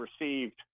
received